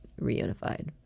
reunified